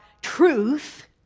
truth